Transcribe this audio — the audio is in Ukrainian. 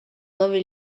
нові